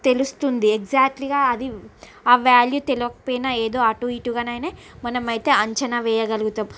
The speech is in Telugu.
తెలుస్తుంది ఎగ్జాక్ట్లీగా అది ఆ వాల్యూ తెలియకపోయినా ఏదో అటూ ఇటుగా అయినా మనమైతే అంచనా వెయ్యగలుగుతాం